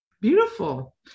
Beautiful